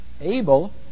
Abel